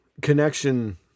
connection